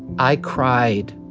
i cried,